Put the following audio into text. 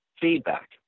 feedback